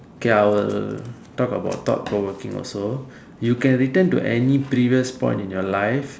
K I will talk about thought provoking also you can return to any previous point in your life